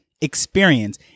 experience